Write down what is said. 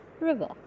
River